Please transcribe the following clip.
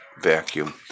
vacuum